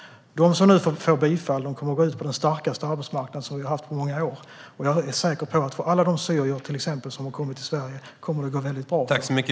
De som nu får bifall kommer att gå ut på den starkaste arbetsmarknad som vi har haft på många år. Jag är säker på att det kommer att gå väldigt bra för alla syrier som har kommit till Sverige.